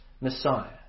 Messiah